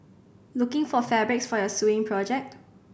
looking for fabrics for your sewing project